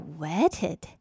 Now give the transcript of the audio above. wetted